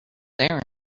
there